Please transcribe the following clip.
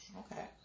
okay